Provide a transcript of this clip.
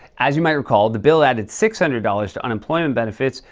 as you might recall, the bill added six hundred dollars to unemployment benefits,